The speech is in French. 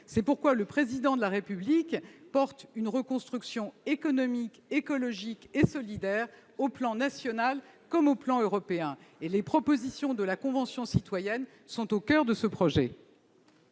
C'est pourquoi le Président de la République porte une reconstruction économique, écologique et solidaire, sur le plan national comme sur le plan européen, et les propositions de la Convention citoyenne sont au coeur de ce projet.